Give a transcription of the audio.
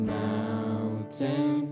mountain